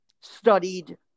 studied